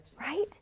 right